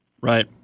Right